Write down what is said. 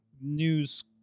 News